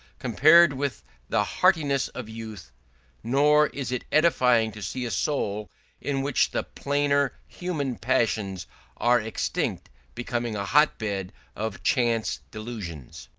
compared with the heartiness of youth nor is it edifying to see a soul in which the plainer human passions are extinct becoming a hotbed of chance delusions.